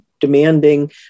demanding